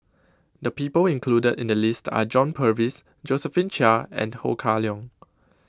The People included in The list Are John Purvis Josephine Chia and Ho Kah Leong